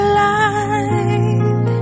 light